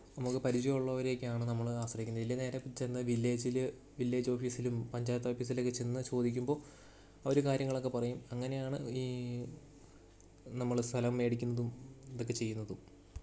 നമുക്ക് പരിചയമുള്ളവരെ ഒക്കെയാണ് നമ്മൾ ആശ്രയിക്കുന്നത് ഇല്ലെങ്കിൽ നേരെ ചെന്ന് വില്ലേജിൽ വില്ലേജ് ഓഫീസിലും പഞ്ചായത്ത് ഓഫീസിലൊക്കെ ചെന്ന് ചോദിക്കുമ്പോൾ അവർ കാര്യങ്ങളൊക്കെ പറയും അങ്ങനെയാണ് ഈ നമ്മൾ സ്ഥലം മേടിക്കുന്നതും ഇതൊക്കെ ചെയ്യുന്നതും